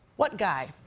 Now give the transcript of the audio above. what guy?